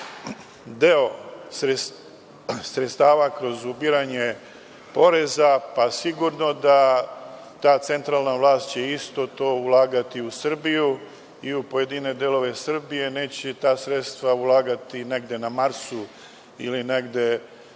deo sredstava kroz ubiranje poreza, pa sigurno da ta centralna vlast će isto to ulagati u Srbiju i u pojedine delove Srbije neće ta sredstva ulagati negde na Marsu ili negde ne